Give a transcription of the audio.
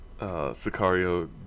Sicario